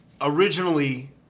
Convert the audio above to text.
originally